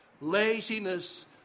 Laziness